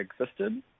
existed